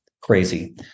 crazy